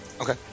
Okay